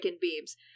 Beams